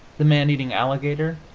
the man-eating alligator,